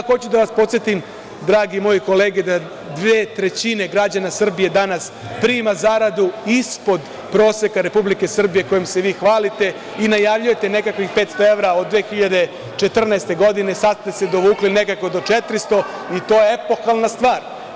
Hoću da vas podsetim, drage moje kolege, da dve trećine građana Srbije danas prima zaradu ispod proseka Republike Srbije kojom se vi hvalite i najavljujete nekakvih 500 evra od 2014. godine, a sad ste se dovukli do 400 i to je epohalna stvar.